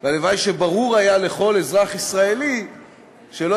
והלוואי שברור היה לכל אזרח ישראלי שלא